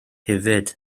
hefyd